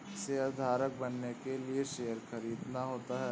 शेयरधारक बनने के लिए शेयर खरीदना होता है